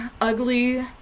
ugly